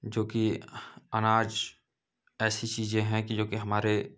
जोकि अनाज ऐसी चीज़ें हैं कि जोकि हमारे